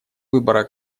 выбора